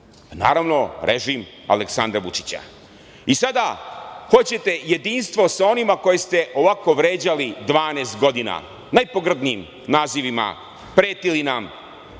Naravno, režim Aleksandra Vučića. Sada hoćete jedinstvo sa onima koje ste ovako vređali 12 godina, najpogrdnijim nazivima, pretili nam,